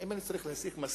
האם אני צריך להסיק מסקנה,